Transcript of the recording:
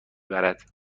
برد